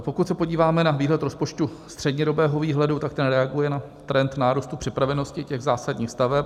Pokud se podíváme na výhled rozpočtu střednědobého výhledu, tak ten reaguje na trend nárůstu připravenosti zásadních staveb.